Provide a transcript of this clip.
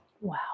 Wow